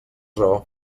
raó